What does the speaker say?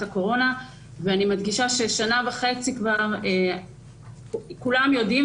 הקורונה ואני מדגישה ששנה וחצי כבר כולם יודעים,